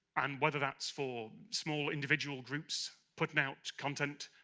and whether that's for small individual groups putting out content,